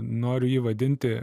noriu jį vadinti